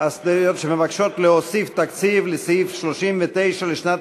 שמבקשות להוסיף תקציב לסעיף 39 לשנת